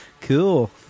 Cool